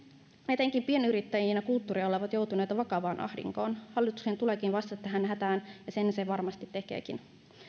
etenkin pienyrittäjät ja kulttuuriala ovat joutuneet vakavaan ahdinkoon hallituksen tuleekin vastata tähän hätään ja sen se varmasti tekeekin